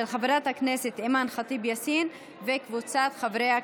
של חברת הכנסת אימאן ח'טיב יאסין וקבוצת חברי הכנסת.